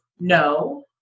no